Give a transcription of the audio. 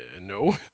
no